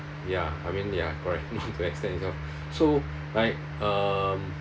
ya I mean ya correct more to extend itself so like um